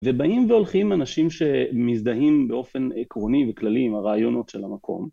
ובאים והולכים אנשים שמזדהים באופן עקרוני וכללי עם הרעיונות של המקום.